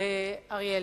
חבר הכנסת אריה אלדד.